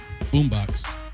boombox